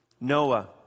Noah